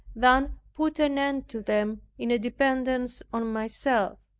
than put an end to them, in a dependence on myself.